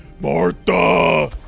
Martha